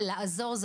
איך לעזור?